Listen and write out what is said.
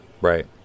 right